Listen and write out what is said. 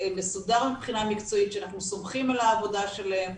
מסודר מבחינה מקצועית שאנחנו סומכים על העבודה שלהם,